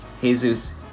Jesus